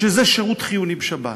שזה שירות חיוני בשבת,